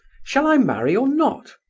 shall i marry or not?